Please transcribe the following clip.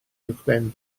uwchben